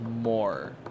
more